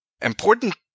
important